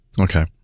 Okay